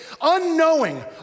unknowing